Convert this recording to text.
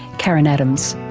karen adams.